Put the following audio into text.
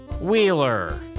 Wheeler